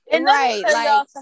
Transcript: Right